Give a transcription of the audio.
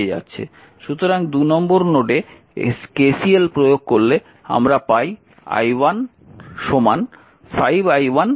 সুতরাং 2 নম্বর নোডে KCL প্রয়োগ করে আমরা পাই i1 5 i1 i3